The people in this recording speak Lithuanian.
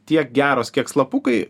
tiek geros kiek slapukai